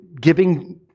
giving